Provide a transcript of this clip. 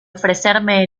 ofrecerme